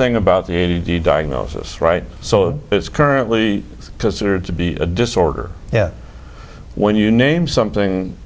thing about the diagnosis right so it's currently considered to be a disorder yet when you name something